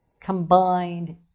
combined